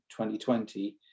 2020